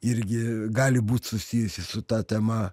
irgi gali būt susijusi su ta tema